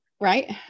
Right